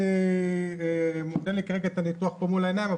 התשפ"א-2021.